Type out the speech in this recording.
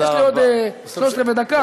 יש לי עוד שלושת-רבעי דקה,